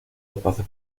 espacio